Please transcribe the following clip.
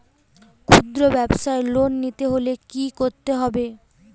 খুদ্রব্যাবসায় লোন নিতে হলে কি করতে হবে?